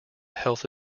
health